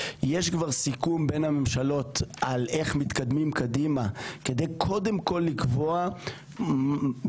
יש כבר סיכום בין הממשלות על איך מתקדמים קדימה כדי קודם כל לקבוע איפה,